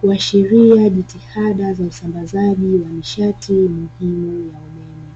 kuashiria jitihada za usambazaji wa nishati muhimu ya umeme.